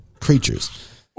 creatures